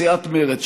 סיעת מרצ,